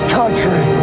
country